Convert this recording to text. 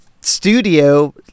studio